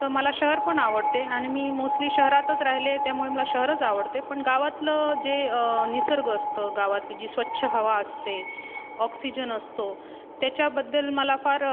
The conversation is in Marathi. तर मला शहर पण आवडते आणि मी मोस्ली शहरातच राहिले आहे त्यामुळे मला शहरच आवडते पण गावातलं जे निसर्ग असतं गावातली जी स्वच्छ हवा असते ऑक्सिजन असतो त्याच्याबद्दल मला फार